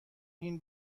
این